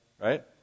Right